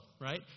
right